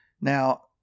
Now